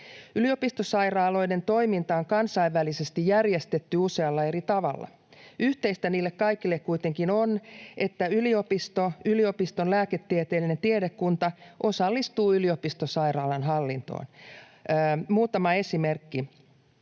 Yliopistosairaaloiden toiminta on kansainvälisesti järjestetty usealla eri tavalla. Yhteistä niille kaikille kuitenkin on, että yliopisto, yliopiston lääketieteellinen tiedekunta, osallistuu yliopistosairaalan hallintoon — ja olisi